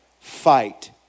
fight